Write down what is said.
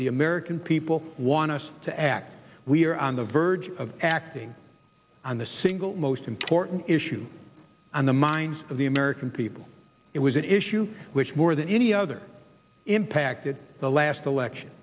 the american people want us to act we are on the verge of acting on the single most important issue on the minds of the american people it was an issue which more than any other impacted the last election